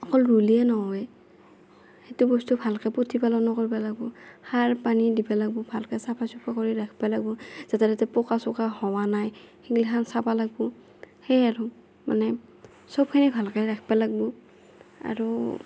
অকল ৰুলেয়ে নহয় সেইটো বস্তু ভালকৈ প্ৰতিপালনো কৰিব লাগিব সাৰ পানী দিবা লাগিব ভালকৈ চাফা চুফা কৰি ৰাখিব লাগিব যাতে তাতে পোক চোক হোৱা নাই সেইগিলাখান চাব লাগিব সেই আৰু মানে চবখিনি ভালকৈ ৰাখিব লাগিব আৰু